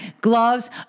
Gloves